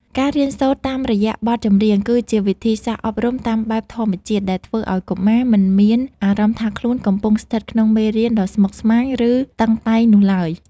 ការរៀនសូត្រតាមរយៈបទចម្រៀង គឺជាវិធីសាស្ត្រអប់រំតាមបែបធម្មជាតិដែលធ្វើឱ្យកុមារមិនមានអារម្មណ៍ថាខ្លួនកំពុងស្ថិតក្នុងមេរៀនដ៏ស្មុគស្មាញ ឬតឹងតែងនោះឡើយ។